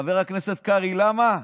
חבר הכנסת קרעי, למה?